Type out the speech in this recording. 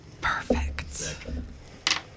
Perfect